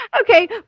okay